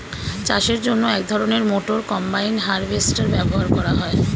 চাষের জন্য এক ধরনের মোটর কম্বাইন হারভেস্টার ব্যবহার করা হয়